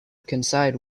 coincide